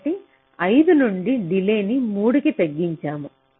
కాబట్టి 5 నుండి డిలే న్ని 3 కి తగ్గించాము